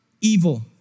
evil